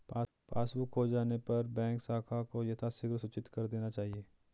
passbook खो जाने पर बैंक शाखा को यथाशीघ्र सूचित कर देना चाहिए